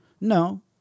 No